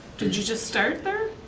did you just start there?